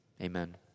amen